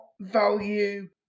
value